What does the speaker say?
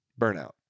Burnout